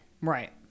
Right